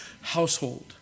household